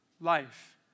life